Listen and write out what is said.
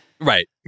Right